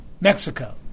Mexico